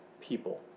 people